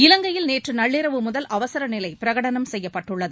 இலங்கையில் நேற்று நள்ளிரவு முதல் அவசரநிலை பிரகடனம் செய்யப்பட்டுள்ளது